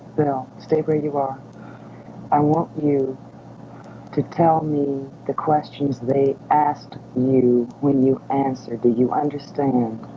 bill, stay where you you are i want you to tell me the questions they asked you when you answered. do you understand?